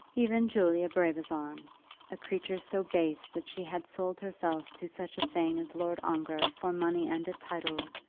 even julia brabazon a creature so base that she had sold herself to such a thing as lord ongar for money and a title,